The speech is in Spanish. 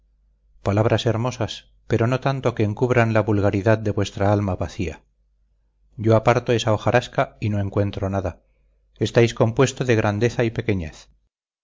palabras hermosas pero no tanto que encubran la vulgaridad de vuestra alma vacía yo aparto esa hojarasca y no encuentro nada estáis compuesto de grandeza y pequeñez